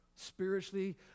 Spiritually